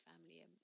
family